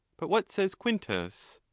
but what says quintus?